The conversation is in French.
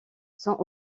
sont